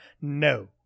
no